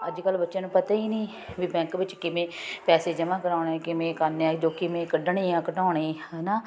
ਅੱਜ ਕੱਲ੍ਹ ਬੱਚਿਆਂ ਨੂੰ ਪਤਾ ਹੀ ਨਹੀਂ ਵੀ ਬੈਂਕ ਵਿੱਚ ਕਿਵੇਂ ਪੈਸੇ ਜਮ੍ਹਾਂ ਕਰਾਉਣੇ ਕਿਵੇਂ ਕਰਨੇ ਜੋ ਕਿਵੇਂ ਕੱਢਣੇ ਆ ਕਢਾਉਣੇ ਹੈ ਨਾ